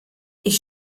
ich